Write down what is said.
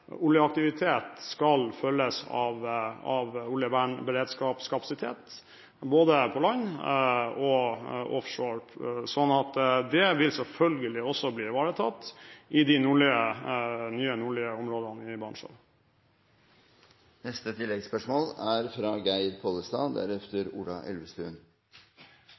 oljeaktivitet skal følges av oljevernberedskapskapasitet både på land og offshore. Så det vil selvfølgelig også bli ivaretatt i de nye nordlige områdene i Barentshavet. Geir Pollestad – til oppfølgingsspørsmål. Det er